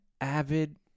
avid